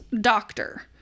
doctor